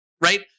right